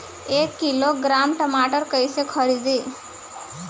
एक किलोग्राम टमाटर कैसे खरदी?